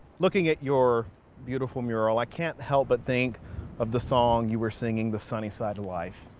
looking at your beautiful mural, i can't help but think of the song you were singing, the sunny side of life.